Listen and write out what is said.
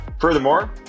Furthermore